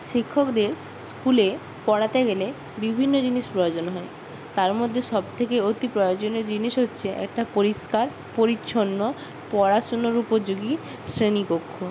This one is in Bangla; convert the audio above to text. শিক্ষকদের স্কুলে পড়াতে গেলে বিভিন্ন জিনিস প্রয়োজন হয় তার মধ্যে সবথেকে অতি প্রয়োজনীয় জিনিস হচ্ছে একটা পরিষ্কার পরিচ্ছন্ন পড়াশুনোর উপযোগী শ্রেণীকক্ষ